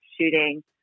shooting